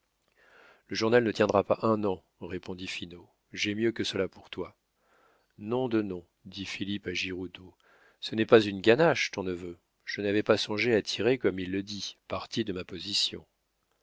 le journal ne tiendra pas un an répondit finot j'ai mieux que cela pour toi nom de nom dit philippe à giroudeau ce n'est pas une ganache ton neveu je n'avais pas songé à tirer comme il le dit parti de ma position